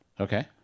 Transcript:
Okay